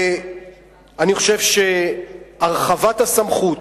אני חושב שהרחבת הסמכות